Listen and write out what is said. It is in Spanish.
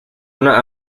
una